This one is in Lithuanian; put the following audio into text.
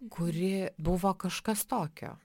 kuri buvo kažkas tokio